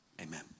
Amen